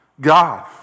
God